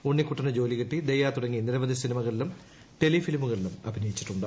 ഉണ്ണിക്കുട്ടുന്ന് ജോലി കിട്ടി ദയ തുടങ്ങി നിരവധി സിനിമകളിലും ടെലിഫീലീമുക്ളിലും അഭിനയിച്ചിട്ടുണ്ട്